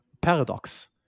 paradox